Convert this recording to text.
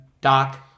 Doc